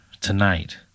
tonight